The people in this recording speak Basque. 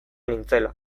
nintzela